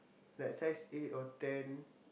like size eight or ten